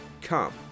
come